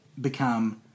become